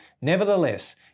nevertheless